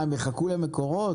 מה, הם יחכו למקורות?